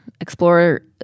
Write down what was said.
explore